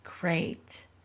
Great